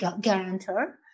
guarantor